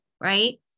right